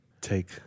take